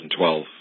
2012